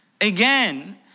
again